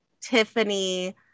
tiffany